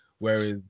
Whereas